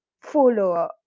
follower